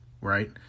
right